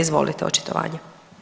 Izvolite očitovanje.